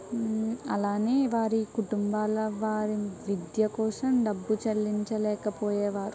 అలానే వారి కుటుంబాల వారి విద్య కోసం డబ్బు చెల్లించలేకపోయేవారు